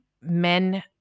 men